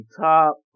top